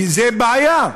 זו בעיה.